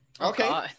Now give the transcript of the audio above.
Okay